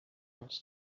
als